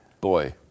Boy